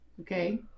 Okay